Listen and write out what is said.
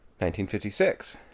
1956